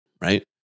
right